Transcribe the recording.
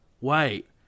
Wait